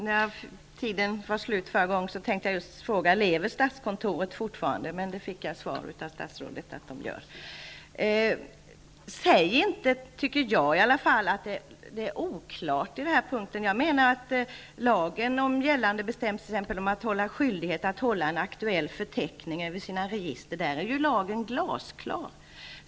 Herr talman! När min tid var slut förra gången, tänkte jag fråga: Lever statskontoret fortfarande? Nu fick jag svaret av statsrådet att det gör det. Säg inte, tycker jag i alla fall, att det är oklart på den här punkten! T.ex. i fråga om skyldigheten att hålla en aktuell förteckning över sina register är lagen glasklar.